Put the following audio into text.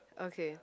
okay